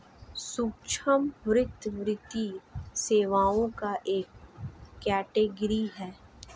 सूक्ष्म वित्त, वित्तीय सेवाओं का एक कैटेगरी है